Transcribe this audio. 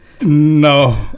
No